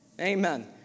Amen